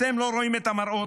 אתם לא רואים את המראות?